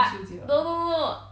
ah no no no no